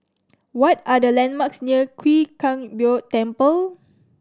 what are the landmarks near Chwee Kang Beo Temple